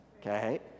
okay